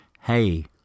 Hey